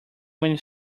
many